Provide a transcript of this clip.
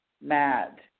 mad